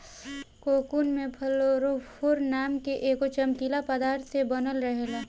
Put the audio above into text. cocoon में fluorophore नाम के एगो चमकीला पदार्थ से बनल रहेला